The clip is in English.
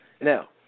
Now